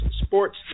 sports